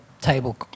table